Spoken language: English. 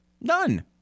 None